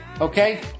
Okay